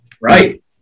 right